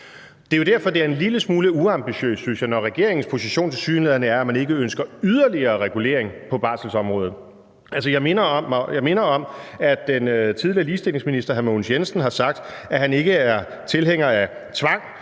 Det er jo derfor, det er en lille smule uambitiøst, synes jeg, når regeringens position tilsyneladende er, at man ikke ønsker yderligere regulering på barselsområdet. Jeg minder om, at den tidligere ligestillingsminister hr. Mogens Jensen har sagt, at han ikke er tilhænger af tvang,